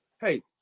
hey